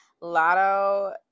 lotto